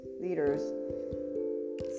leaders